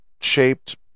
shaped